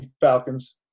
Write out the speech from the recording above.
Falcons